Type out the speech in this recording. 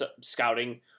scouting